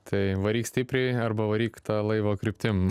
tai varyk stipriai arba varyk ta laivo kryptim